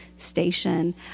Station